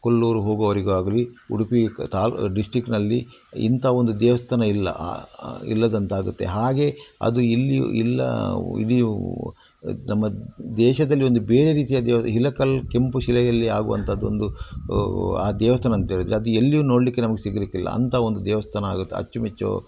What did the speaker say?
ಕೊಲ್ಲೂರು ಹೋಗುವರಿಗೆ ಆಗಲಿ ಉಡುಪಿ ಕ ತಾ ಡಿಸ್ಟಿಕಿನಲ್ಲಿ ಇಂಥ ಒಂದು ದೇವಸ್ಥಾನ ಇಲ್ಲ ಇಲ್ಲದಂತಾಗುತ್ತೆ ಹಾಗೆ ಅದು ಇಲ್ಲಿಯು ಇಲ್ಲ ಉ ಇಲ್ಲಿಯೂ ನಮ್ಮ ದೇಶದಲ್ಲಿ ಒಂದು ಬೇರೆ ರೀತಿಯ ದೇವರ ಹಿಲಕಲ್ಲು ಕೆಂಪು ಶಿಲೆಯಲ್ಲಿ ಆಗುವಂಥದ್ದು ಒಂದು ಆ ದೇವಸ್ಥಾನ ಅಂತೇಳಿದರೆ ಅದು ಎಲ್ಲಿಯು ನೋಡಲಿಕ್ಕೆ ನಮ್ಗೆ ಸಿಗಲಿಕ್ಕಿಲ್ಲ ಅಂತ ಒಂದು ದೇವಸ್ಥಾನ ಆಗುತ್ತೆ ಅಚ್ಚುಮೆಚ್ಚು